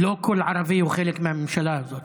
לא כל ערבי הוא חלק מהממשלה הזאת.